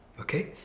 okay